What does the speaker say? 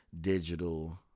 digital